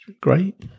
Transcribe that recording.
great